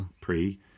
pre